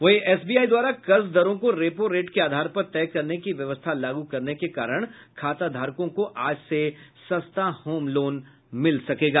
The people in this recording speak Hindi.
वहीं एसबीआई द्वारा कर्ज दरों को रेपो रेट के आधार पर तय करने की व्यवस्था लागू करने के कारण खाता धारकों को आज से सस्ता होम लोन मिलेगा